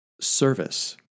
service